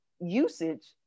usage